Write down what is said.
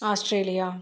Australia